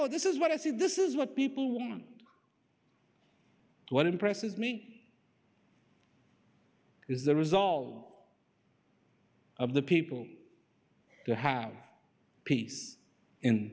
go this is what i see this is what people want what impresses me is the resolve of the people to have peace in